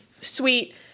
sweet